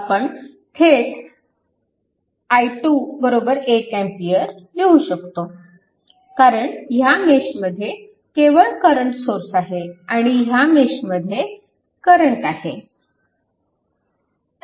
आपण थेट i2 1A लिहू शकतो कारण ह्या मेशमध्ये केवळ करंट सोर्स आहे आणि ह्या मेशमध्ये करंट आहे